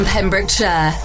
Pembrokeshire